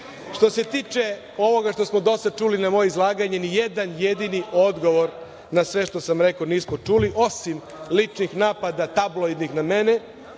se tiče ovoga što smo do sad čuli na moje izlaganje nijedan jedini odgovor na sve što sam rekao nismo čuli, osim ličnih napada tabloidnih na mene